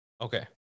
Okay